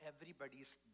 everybody's